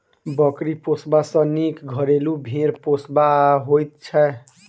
बकरी पोसबा सॅ नीक घरेलू भेंड़ पोसब होइत छै